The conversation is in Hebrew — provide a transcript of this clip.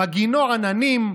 מגינו עננים,